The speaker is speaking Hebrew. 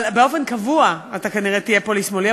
אבל באופן קבוע אתה כנראה תהיה פה לשמאלי.